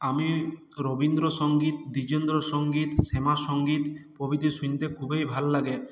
আমি রবীন্দ্রসঙ্গীত দ্বিজেন্দ্রসঙ্গীত শ্যামাসঙ্গীত প্রভৃতি শুনতে খুবই ভাল লাগে